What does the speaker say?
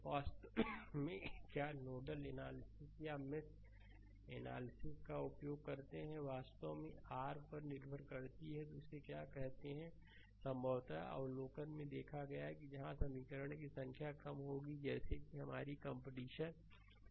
वास्तव में क्या नोडल एनालिसिस या मेश एनालिसिस का उपयोग करते हैं यह वास्तव में r पर निर्भर करता है कि इसे क्या कहते हैं कहते हैं संभवतया अवलोकन में देखा गया है कि जहां समीकरण की संख्या कम होगी जैसे कि हमारी कंपटीशन संदर्भ समय 2959 कम होगा